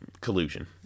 collusion